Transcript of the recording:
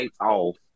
off